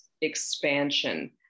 expansion